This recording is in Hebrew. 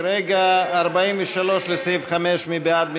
43 לסעיף 5, מי בעד?